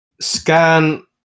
Scan